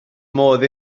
modd